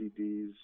CDs